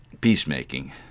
peacemaking